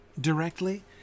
directly